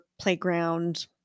playground